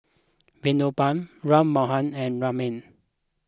Vinoba Ram Manohar and Ramnath